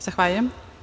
Zahvaljujem.